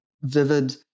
vivid